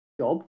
job